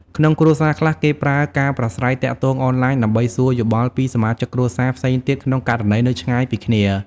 ក្នុងគ្រួសារខ្លះ គេប្រើការប្រាស្រ័យទាក់ទងអនឡាញ ដើម្បីសួរយោបល់ពីសមាជិកគ្រួសារផ្សេងទៀត ក្នុងករណីនៅឆ្ងាយពីគ្នា។